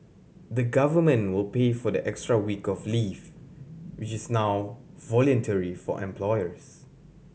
the Government will pay for the extra week of leave which is now voluntary for employers